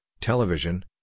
television